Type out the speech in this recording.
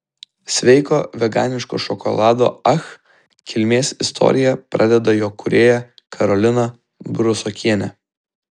sveiko veganiško šokolado ach kilmės istoriją pradeda jo kūrėja karolina brusokienė